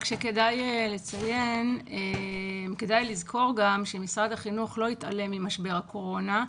כדאי לזכור גם שמשרד החינוך לא התעלם ממשבר הקורונה.